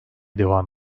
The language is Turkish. devam